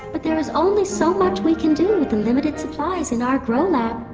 but there is only so much we can do with the limited supplies in our grow lab